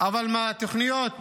אבל מהתוכניות